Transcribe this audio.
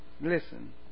Listen